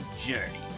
journey